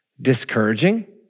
discouraging